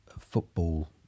football